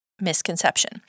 misconception